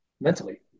mentally